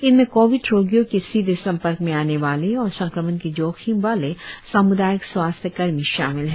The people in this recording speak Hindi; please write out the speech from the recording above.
इनमें कोविड रोगियों के सीधे संपर्क में आने वाले और संक्रमण के जोखिम वाले साम्दायिक स्वास्थ्य कर्मी शामिल हैं